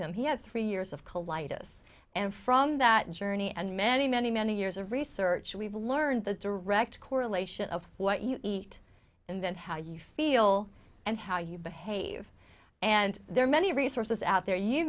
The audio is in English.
him he had three years of collide us and from that journey and many many many years of research we've learned the direct correlation of what you eat and how you feel and how you behave and there are many resources out there you